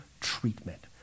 treatment